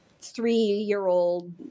three-year-old